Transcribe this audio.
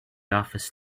office